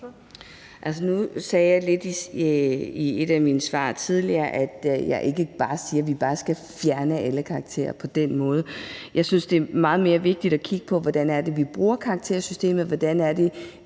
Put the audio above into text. (SF): Nu sagde jeg i et af mine svar tidligere, at jeg ikke siger, at vi bare skal fjerne alle karakterer på den måde. Jeg synes, det er meget mere vigtigt at kigge på, hvordan vi bruger karaktersystemet, og hvordan vi